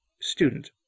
student